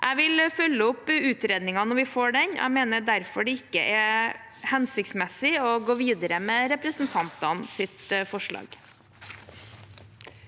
Jeg vil følge opp utredningen når vi får den. Jeg mener derfor det ikke er hensiktsmessig å gå videre med representantenes forslag.